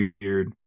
weird